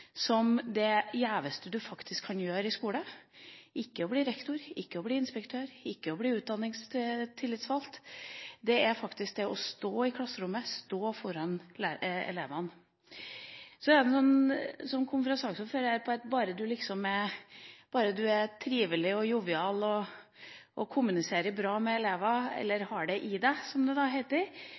som det gjeveste du faktisk kan gjøre i skolen – ikke å bli rektor, ikke å bli inspektør, ikke å bli utdanningstillitsvalgt, det er faktisk det å stå i klasserommet og stå foran elevene. Så til det som kom fra saksordføreren, at bare du er trivelig og jovial og kommuniserer bra med elevene eller har det i deg, som det heter,